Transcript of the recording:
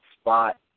spot